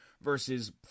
versus